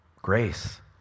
grace